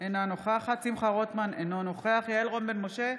אינה נוכחת שמחה רוטמן, אינו נוכח יעל רון בן משה,